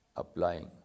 Applying